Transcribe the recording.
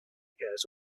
occurs